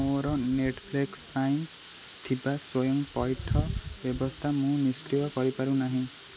ମୋର ନେଟ୍ଫ୍ଲିକ୍ସ୍ ପାଇଁ ଥିବା ସ୍ଵୟଂ ପଇଠ ବ୍ୟବସ୍ଥା ମୁଁ ନିଷ୍କ୍ରିୟ କରିପାରୁନାହିଁ